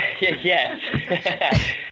yes